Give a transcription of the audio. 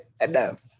enough